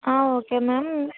okay ma'am